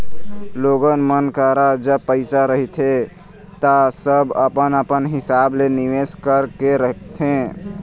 लोगन मन करा जब पइसा रहिथे ता सब अपन अपन हिसाब ले निवेस कर करके रखथे